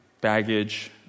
baggage